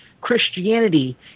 Christianity